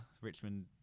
Richmond